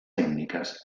tècniques